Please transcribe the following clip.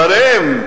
ועליהם,